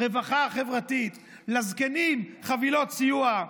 רווחה חברתית, לזקנים חבילות סיוע.